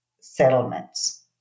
settlements